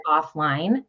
offline